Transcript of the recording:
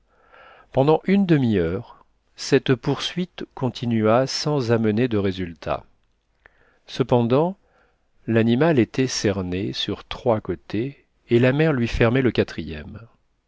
pendant une demi-heure cette poursuite continua sans amener de résultat cependant l'animal était cerné sur trois côtés et la mer lui fermait le quatrième